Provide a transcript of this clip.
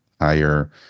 higher